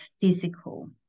physical